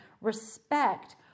respect